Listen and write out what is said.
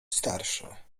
starsze